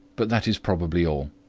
but that is probably all.